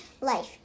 life